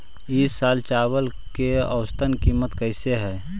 ई साल चावल के औसतन कीमत कैसे हई?